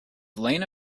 lena